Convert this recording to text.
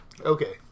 Okay